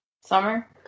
Summer